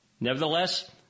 Nevertheless